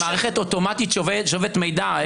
המערכת אוטומטית שואבת מידע.